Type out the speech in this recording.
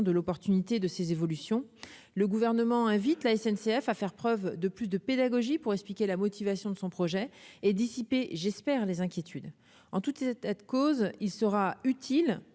de l'opportunité de ces évolutions, le gouvernement invite la SNCF à faire preuve de plus de pédagogie pour expliquer la motivation de son projet et dissiper j'espère les inquiétudes en tout état de cause, il sera utile